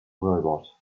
robot